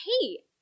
hey